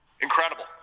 Incredible